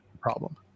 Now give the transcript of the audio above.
problem